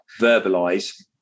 verbalize